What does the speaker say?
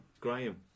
Graham